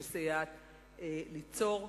שמסייעת ליצור.